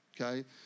Okay